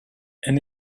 and